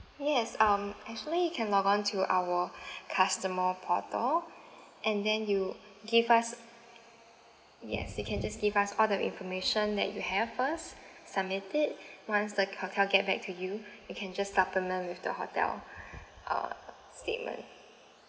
yes um actually you can log on to our customer portal and then you give us yes you can just give us all the information that you have first submit it once the hotel get back to you you can just supplement with the hotel uh statement